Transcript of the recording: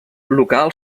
local